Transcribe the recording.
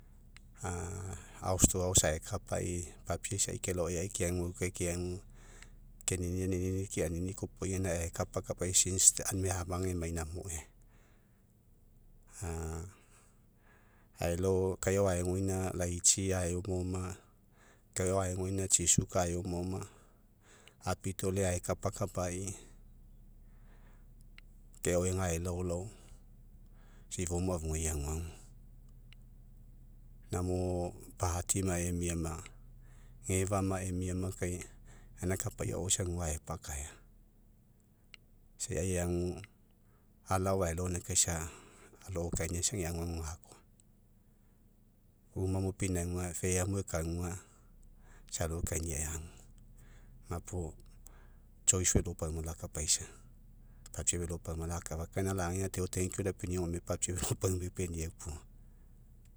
ae kapai, papie isai kelao eai keaguaukae keagu, ke niniani, nini keanini'i koaopoi ae kapakapai aunimai amage emai inamoe. aelao kai agao aegoina laitsi aeomaoma, kae agao aegoina tsi, suga aiomaoma, apitole ae kapakapai, kai agao ega aelaolao, isa ifomo afugai eaguagu. Namo'o patima, emia ma, gefa ma emia ma kai gaina kapai agao gua aepalaea. Isa eai eagu ala aelao kai sa, alo kainai isa ega aguagu gakoa. Umamo painauga, fea mo ekauga, isa alo ekainia eagu. Gapuo velo pauma lakapaisa. Papie velo pauma, lakafa. Ke gaina logai, deo gome, papie velo pauma epeniau puo.